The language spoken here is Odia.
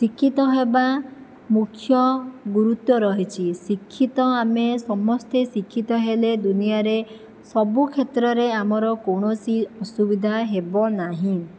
ଶିକ୍ଷିତ ହେବା ମୁଖ୍ୟ ଗୁରୁତ୍ଵ ରହିଚି ଶିକ୍ଷିତ ଆମେ ସମସ୍ତେ ଶିକ୍ଷିତ ହେଲେ ଦୁନିଆରେ ସବୁକ୍ଷେତ୍ରରେ ଆମର କୌଣସି ଅସୁବିଧା ହେବ ନାହିଁ